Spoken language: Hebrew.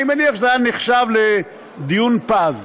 אני מניח שזה היה נחשב לדיון פז.